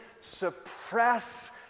suppress